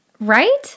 right